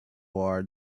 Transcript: bar